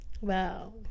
wow